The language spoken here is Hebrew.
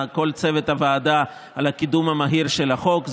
לכל צוות הוועדה על הקידום המהיר של החוק.